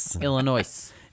Illinois